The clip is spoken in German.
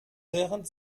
während